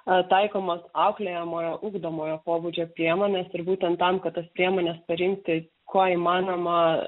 taikomos auklėjamojo ugdomojo pobūdžio priemonės ir būtent tam kad tas priemones parinkti kuo įmanoma